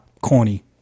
corny